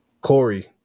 Corey